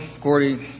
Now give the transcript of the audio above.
Gordy